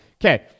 Okay